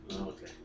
Okay